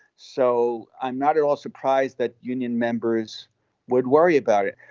so i'm not at all surprised that union members would worry about it.